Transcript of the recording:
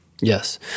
Yes